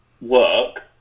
work